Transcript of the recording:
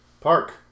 Park